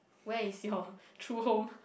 where is your true home